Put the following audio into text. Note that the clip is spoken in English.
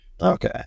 Okay